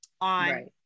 on